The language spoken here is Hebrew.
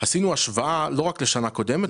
עשינו השוואה לא רק לשנה קודמת,